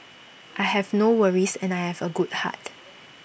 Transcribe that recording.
I have no worries and I have A good heart